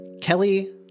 kelly